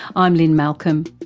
i'm lynne malcolm.